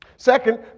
Second